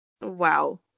Wow